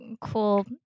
cool